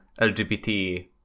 LGBT